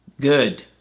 Good